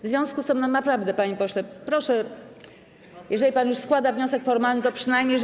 W związku z tym naprawdę, panie pośle, proszę - jeżeli pan już składa wniosek formalny, to przynajmniej tak.